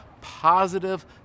positive